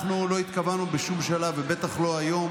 אנחנו לא התכוונו בשום שלב ובטח לא היום